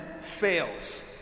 fails